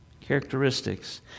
Characteristics